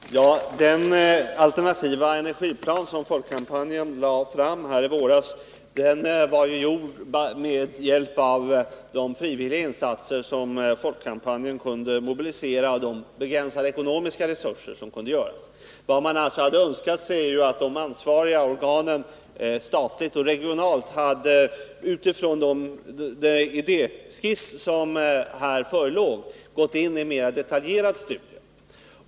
Herr talman! Den alternativa energiplan som Folkkampanjen lade fram i våras var gjord med hjälp av de frivilliga insatser som Folkkampanjen kunde mobilisera och med begränsade ekonomiska resurser. Vad man hade önskat sig är att de ansvariga statliga och regionala organen hade utifrån den idéskiss som förelåg gått in med ett mera detaljerat studium.